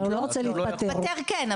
להתפטר כן,